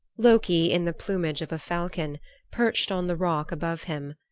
loki in the plumage of a falcon perched on the rock above him,